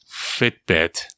Fitbit